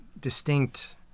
distinct